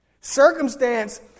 Circumstance